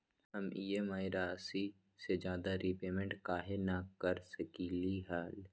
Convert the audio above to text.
हम ई.एम.आई राशि से ज्यादा रीपेमेंट कहे न कर सकलि ह?